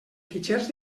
fitxers